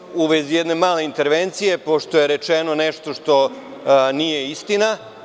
Javljam se u vezi jedne male intervencije pošto je rečeno nešto što nije istina.